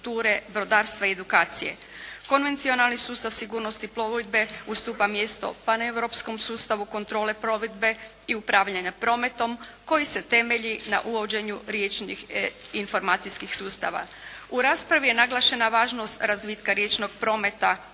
U raspravi je naglašena važnost razvitka riječnog prometa